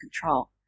control